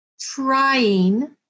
trying